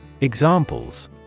Examples